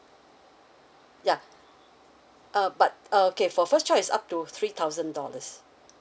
yeah uh but uh okay for first child is up to three thousand dollars